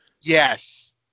Yes